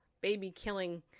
baby-killing